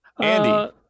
Andy